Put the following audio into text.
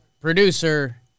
producer